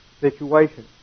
situation